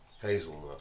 Hazelnut